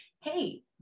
hey